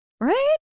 right